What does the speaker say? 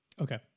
Okay